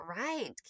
right